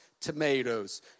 tomatoes